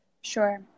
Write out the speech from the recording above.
Sure